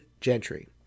gentry